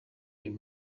uyu